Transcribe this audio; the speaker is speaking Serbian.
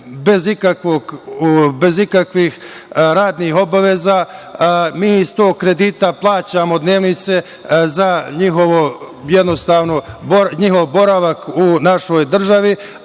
bez ikakvih radnih obaveza. Mi iz tog kredita plaćamo dnevnice za njihov boravak u našoj državi,